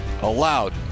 allowed